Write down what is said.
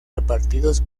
repartidos